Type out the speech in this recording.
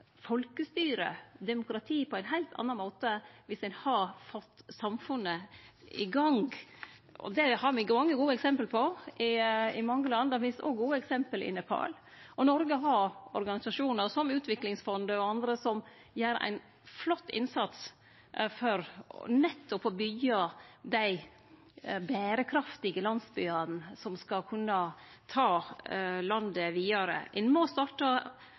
folkestyre, demokrati, på ein heilt annan måte dersom ein har fått samfunnet i gang, og det har me mange gode eksempel på i mange land. Det finst òg gode eksempel i Nepal. Noreg har organisasjonar som Utviklingsfondet og andre som gjer ein flott innsats for nettopp å byggje dei berekraftige landsbyane som skal kunne ta landet vidare. Ein må